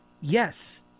Yes